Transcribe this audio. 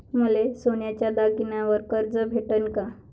मले सोन्याच्या दागिन्यावर कर्ज भेटन का?